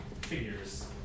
figures